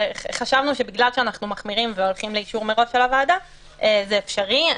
ובגלל שאנחנו מחמירים והולכים לאישור מראש של הוועדה זה אפשרי.